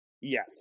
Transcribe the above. Yes